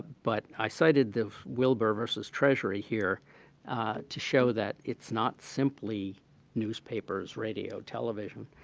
but i cited the wilbur versus treasury here to show that it's not simply newspapers, radio, television.